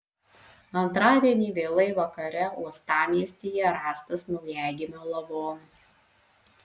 antradienį vėlai vakare uostamiestyje rastas naujagimio lavonas